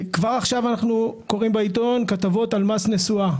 כבר עכשיו אנחנו קוראים בעיתון כתבות על מס נסועה.